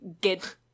get